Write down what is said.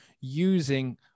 using